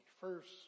first